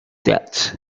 debts